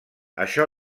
això